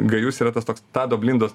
gajus yra tas toks tado blindos